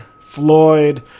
floyd